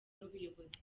n’ubuyobozi